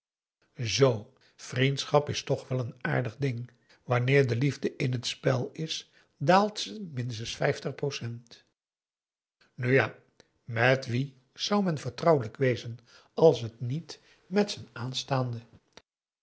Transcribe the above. zoo vriendschap is toch wel een aardig ding wanneer de liefde in het spel is daalt ze minstens vijftig percent u ja met wie zou men vertrouwelijk wezen als het niet was met z'n aanstaande